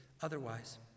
otherwise